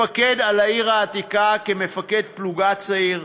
לפקד על העיר העתיקה כמפקד פלוגה צעיר,